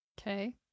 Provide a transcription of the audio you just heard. Okay